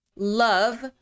Love